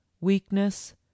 weakness